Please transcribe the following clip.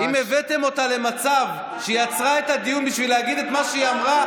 אם הבאתם אותה למצב שהיא עצרה את הדיון בשביל להגיד את מה שהיא אמרה,